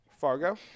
Fargo